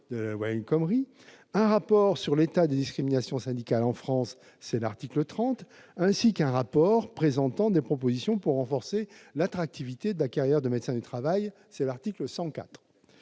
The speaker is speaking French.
de la loi El Khomri -, un rapport sur l'état des discriminations syndicales en France- c'est l'article 30 -, ainsi qu'un rapport présentant des propositions pour renforcer l'attractivité de la carrière de médecin du travail- c'est l'article 104.